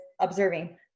observing